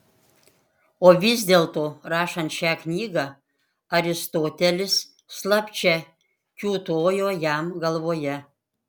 o vis dėlto rašant šią knygą aristotelis slapčia kiūtojo jam galvoje